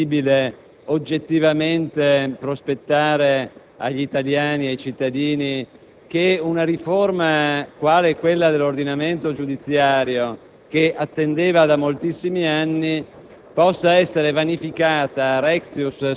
poiché non credo che sia possibile oggettivamente prospettare ai cittadini italiani che una riforma quale quella dell'ordinamento giudiziario, che si attendeva da moltissimi anni,